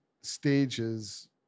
stages